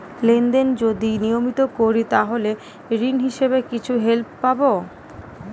Lane দেন যদি নিয়মিত করি তাহলে ঋণ বিষয়ে কিছু হেল্প পাবো?